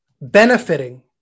benefiting